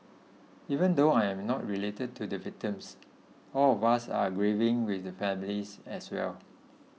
even though I am not related to the victims all of us are grieving with the families as well